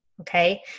okay